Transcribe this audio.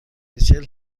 ریچل